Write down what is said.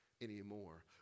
anymore